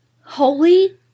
Holy